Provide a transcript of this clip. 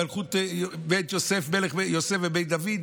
מלכות בית יוסף ובית דוד,